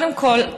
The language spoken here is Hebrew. קודם כול,